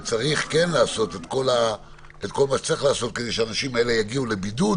וצריך לעשות את כל מה שצריך לעשות כדי שהאנשים האלה יגיעו לבידוד